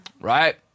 Right